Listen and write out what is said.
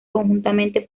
conjuntamente